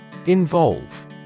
Involve